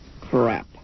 crap